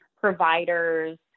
providers